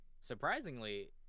surprisingly